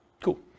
Cool